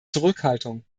zurückhaltung